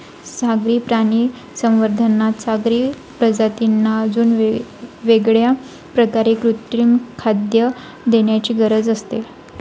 सागरी प्राणी संवर्धनात सागरी प्रजातींना अजून वेगळ्या प्रकारे कृत्रिम खाद्य देण्याची गरज नसते